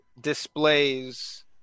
displays